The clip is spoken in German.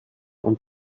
und